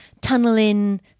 tunnel-in